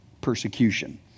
persecution